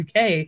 uk